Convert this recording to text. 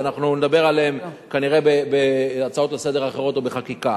שאנחנו נדבר עליהן כנראה בהצעות לסדר האחרות או בחקיקה.